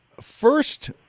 first